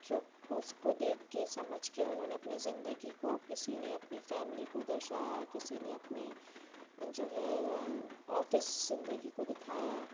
سو اُس کو دیکھ کے سمجھ کے اُنہوں نے اپنی زندگی کو کسی نے اپنی فیملی کو درشایا کسی نے اپنی جو ہے آفس زندگی کو دکھایا